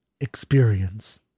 experience